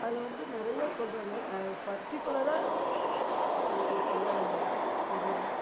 அதில் வந்து நிறையா சொல்கிறாங்க பர்ட்டிகுலராக எனக்கு சொல்ல தெரியலை